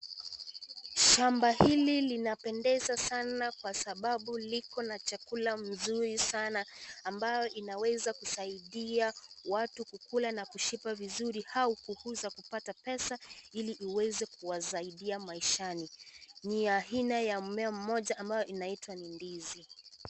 Shamba hili linapendeza sana kwa sababu liko na chakula vizuri sana ambao inaweza kusaidia watu Kula na kushiba vizuri au kuuza kupata pesa Ili iweze kuwasaidia maishani. Ni aina ya mmea moja ambao unaitwa ndizi.